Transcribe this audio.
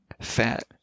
fat